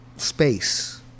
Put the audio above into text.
space